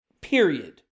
period